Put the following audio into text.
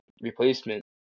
replacement